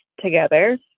together